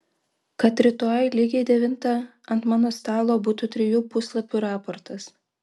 kad rytoj lygiai devintą ant mano stalo būtų trijų puslapių raportas